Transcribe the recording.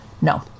No